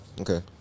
Okay